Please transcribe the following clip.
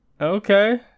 Okay